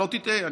שלא תטעה,